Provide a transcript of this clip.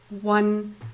one